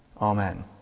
Amen